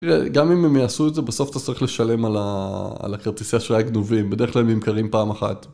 גם אם הם יעשו את זה, בסוף אתה צריך לשלם על הכרטיסי אשראי גנובים, בדרך כלל הם נמכרים פעם אחת.